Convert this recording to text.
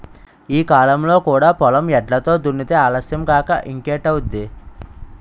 ఈ కాలంలో కూడా పొలం ఎడ్లతో దున్నితే ఆలస్యం కాక ఇంకేటౌద్ది?